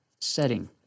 setting